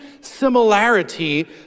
similarity